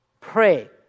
Pray